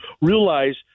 realize